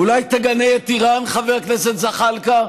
אולי תגנה את איראן, חבר הכנסת זחאלקה?